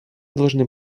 должны